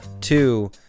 two